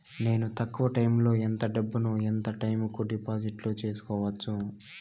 నేను తక్కువ టైములో ఎంత డబ్బును ఎంత టైము కు డిపాజిట్లు సేసుకోవచ్చు?